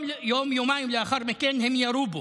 יום-יומיים לאחר מכן הם ירו בו,